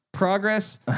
Progress